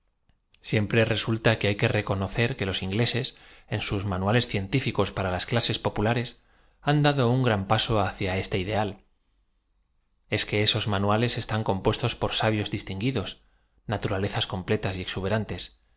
siempre resulta que hay que reconocer que los ingleses en sus ma nuales científicos p ara las clases populares han dado un gran paso hacia este id eal es que esos manuales están compuestos por sabios distinguidos